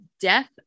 death